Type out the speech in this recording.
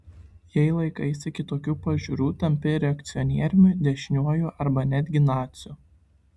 jei laikaisi kitokių pažiūrų tampi reakcionieriumi dešiniuoju arba netgi naciu